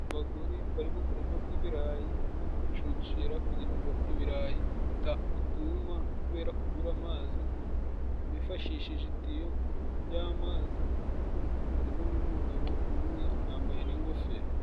Abagore bari mu murima gw'ibirayi bari gucucira, kugira ngo ibirayi bituma kubera kubura amazi. Bifashishije itiyo ry'amazi harimo n'umugabo umwe yambaye n'ingofero.